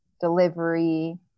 delivery